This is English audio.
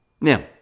Now